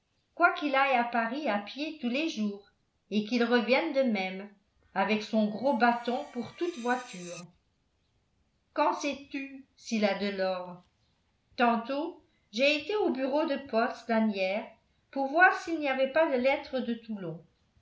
quoiqu'il aille à paris à pied tous les jours et qu'il revienne de même avec son gros bâton pour toute voiture qu'en sais-tu s'il a de l'or tantôt j'ai été au bureau de poste d'asnières pour voir s'il n'y avait pas de lettre de toulon